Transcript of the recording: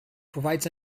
provides